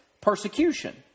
persecution